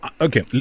okay